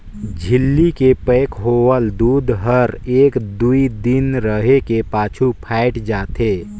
झिल्ली के पैक होवल दूद हर एक दुइ दिन रहें के पाछू फ़ायट जाथे